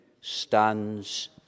stands